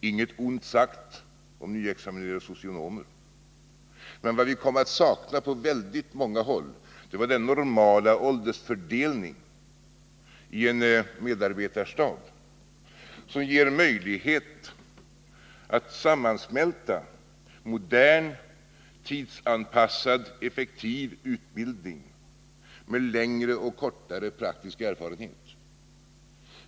Inget ont sagt om nyexaminerade socionomer, men vad de kom att sakna på väldigt många håll var den normala åldersfördelning i en medarbetarstab som ger möjlighet att sammansmälta modern, tidsanpassad, effektiv utbildning med längre och kortare praktisk erfarenhet.